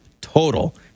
total